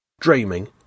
Dreaming